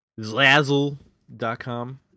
Zazzle.com